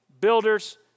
builders